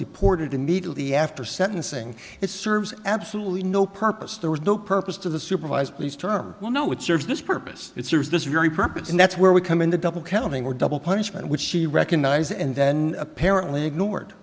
deported immediately after sentencing it serves absolutely no purpose there was no purpose to the supervisor please term well no it serves this purpose it serves this very purpose and that's where we come in the double counting or double punishment which she recognizes and then apparently ignored